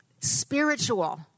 spiritual